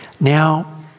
Now